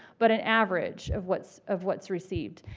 but an average of what's of what's received.